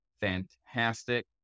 fantastic